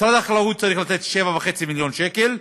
משרד החקלאות צריך לתת 7.5 מיליון שקל,